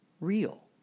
real